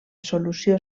solució